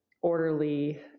orderly